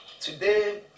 today